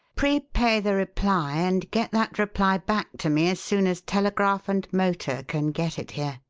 prepay the reply, and get that reply back to me as soon as telegraph and motor can get it here.